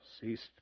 ceased